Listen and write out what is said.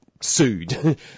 sued